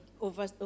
over